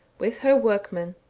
with her workmen.